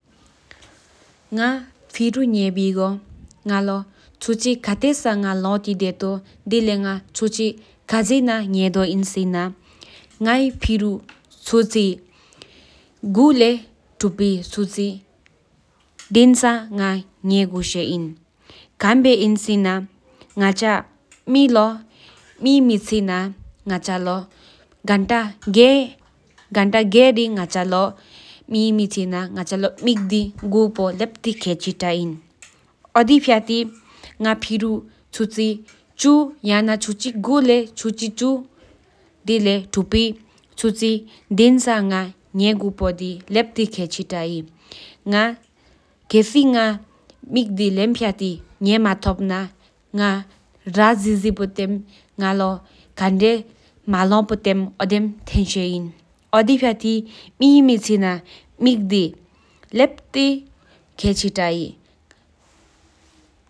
ང་ཕྲོ་ངྱ་བི་གོ་ཆི་ཁ་ཇེ་ས་ལོ་སྟེ་དེཏོ་དེལེ་དང་ང་ཆུ་ཆི་ཁ་གངི་ཕུ་ཝི་གི་སེན་ན་ངེ་གཤིན་ཆུ་ཆི་དྲུག་པ་ལེི་ཐུ་ཛྷི་ཆུ་དྲུག་དང་ས་ང་གུ་སེུ་ཨིན། ཁ་ཡ་སེ་ན་ང་གྲ་མེ་མེཅི་གོང་ཏ་ཨ་ཆོ་མང་པ་བཅུ་མེ་ཏེ་རེ་ཁང་ཏེ་ཨིས་གུ་གོུ་པོ་བེ་ལེ་པི་ཆཚ་བརྗེ་ས་ཡི་པོ་དེ་ར་སོ། ཁེས་གི་གླེམ་དི་མཐོད་སྣ་ངྱེ་ཆུད་བཅད་དང་སྙམ་མ་ཐམ་བཤོན་ཨིན།